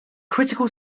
critical